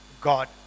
God